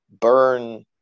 burn